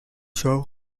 serve